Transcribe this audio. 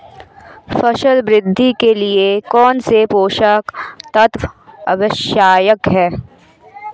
फसल वृद्धि के लिए कौनसे पोषक तत्व आवश्यक हैं?